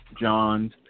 Johns